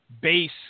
base